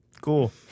Cool